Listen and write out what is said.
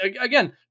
again